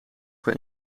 qua